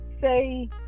Say